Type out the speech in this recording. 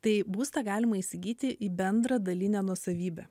tai būstą galima įsigyti į bendrą dalinę nuosavybę